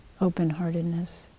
open-heartedness